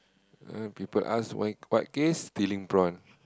ah people ask why what case stealing prawn